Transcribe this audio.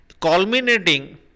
culminating